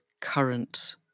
current